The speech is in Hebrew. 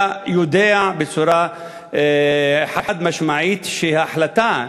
אתה יודע בצורה חד-משמעית שההחלטה